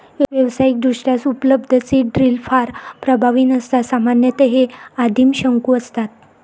व्यावसायिकदृष्ट्या उपलब्ध seed drill फार प्रभावी नसतात सामान्यतः हे आदिम शंकू असतात